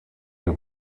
who